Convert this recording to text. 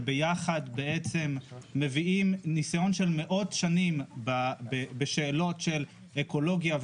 שביחד מביאים ניסיון של מאות שנים בשאלות של אקולוגיה,